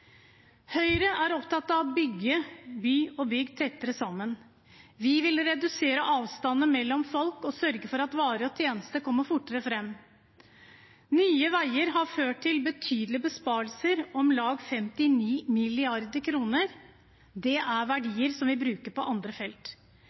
Høyre er opptatt av å bygge by og bygd tettere sammen. Vi vil redusere avstandene mellom folk og sørge for at varer og tjenester kommer fortere fram. Nye Veier har ført til betydelige besparelser, om lag 59 mrd. kr. Det er